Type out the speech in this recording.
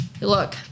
Look